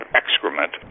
excrement